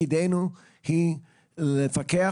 תפקידנו לפקח.